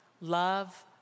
love